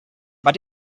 but